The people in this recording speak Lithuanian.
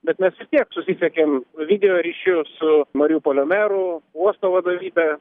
bet mes vis tiek susisiekėm video ryšiu su mariupolio meru uosto vadovybe